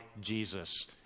Jesus